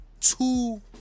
two